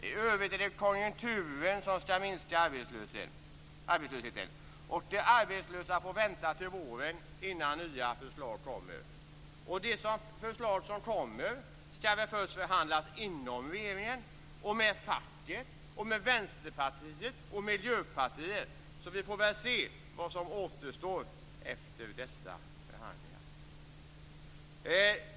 I övrigt är det konjunkturen som skall minska arbetslösheten, och de arbetslösa får vänta till våren innan nya förslag kommer. De förslag som kommer skall väl först förhandlas inom regeringen, med facket och med Vänsterpartiet och Miljöpartiet, så vi får väl se vad som återstår efter dessa förhandlingar.